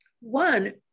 one